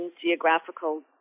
geographical